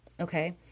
Okay